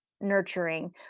nurturing